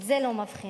בזה לא מבחינים.